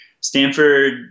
Stanford